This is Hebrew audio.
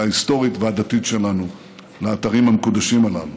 ההיסטורית והדתית שלנו לאתרים המקודשים הללו.